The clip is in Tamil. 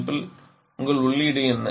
அமைப்பில் உங்கள் உள்ளீடு என்ன